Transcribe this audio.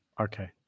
Okay